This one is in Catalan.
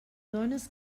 dones